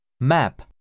Map